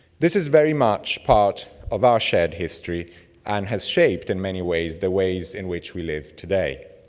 this is very much part of our shared history and has shaped in many ways the ways in which we live today.